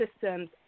systems